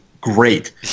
great